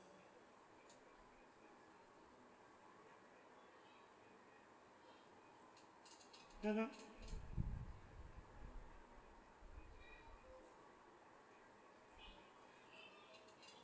mmhmm